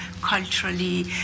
culturally